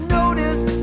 notice